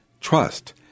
trust